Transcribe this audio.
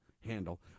handle